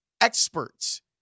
experts